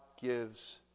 gives